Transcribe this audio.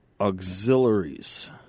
auxiliaries